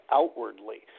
outwardly